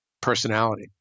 personality